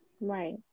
Right